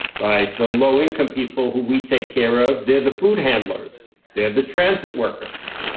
right? the low income people who we take care of their the food handlers, their the transit workers.